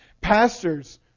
Pastors